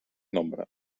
nombre